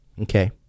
Okay